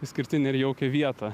išskirtinę ir jaukią vietą